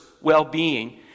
well-being